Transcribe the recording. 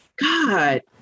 God